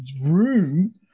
room